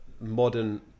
modern